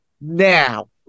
now